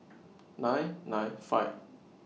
nine nine five